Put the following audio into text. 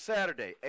Saturday